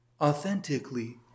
authentically